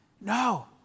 No